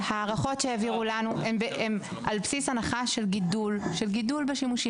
ההערכות שהעבירו לנו הם על בסיס הנחה של גידול בשימושים.